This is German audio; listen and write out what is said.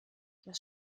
das